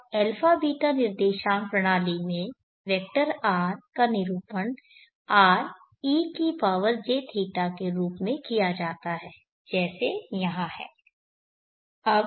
अब α β निर्देशांक प्रणाली में वेक्टर R का निरूपण r e की पावर jθ के रूप में किया जाता है जैसे यहाँ है